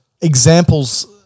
examples